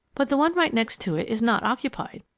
but the one right next to it is not occupied.